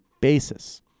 basis